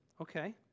Okay